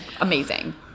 amazing